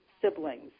siblings